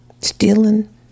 stealing